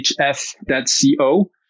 hf.co